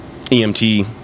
EMT